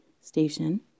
station